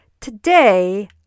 today